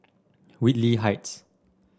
Whitley Heights